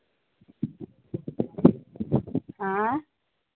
हाँ